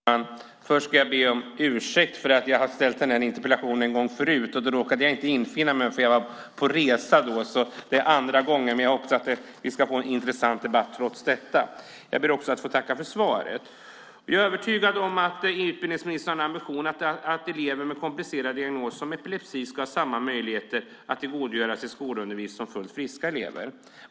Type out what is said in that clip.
Herr talman! Först ska jag be om ursäkt för att jag har ställt den här interpellationen en gång tidigare. Då råkade jag inte infinna mig, för jag var på resa. Så det här är andra gången, men jag hoppas att vi ska få en intressant debatt trots detta. Jag ber också att få tacka för svaret. Jag är övertygad om att utbildningsministern har ambitionen att elever med komplicerad diagnos, som epilepsi, ska ha samma möjligheter att tillgodogöra sig skolundervisning som fullt friska elever.